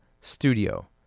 studio